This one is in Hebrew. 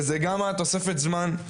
שזה גם היה תוספת זמן.